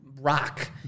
rock